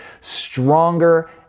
stronger